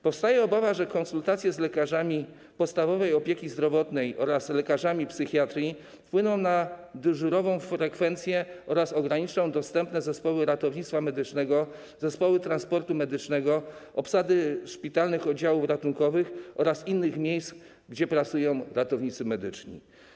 Powstaje obawa, że konsultacje z lekarzami podstawowej opieki zdrowotnej oraz lekarzami psychiatrii wpłyną na dyżurową frekwencję oraz ograniczą dostępne zespoły ratownictwa medycznego, zespoły transportu medycznego, obsady szpitalnych oddziałów ratunkowych oraz innych miejsc, gdzie pracują ratownicy medyczni.